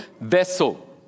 vessel